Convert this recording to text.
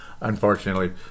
unfortunately